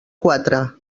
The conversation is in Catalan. quatre